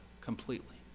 completely